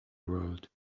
world